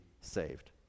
saved